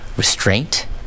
Restraint